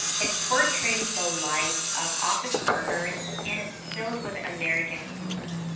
it portrays the lives of office workers and it's filled with american humor.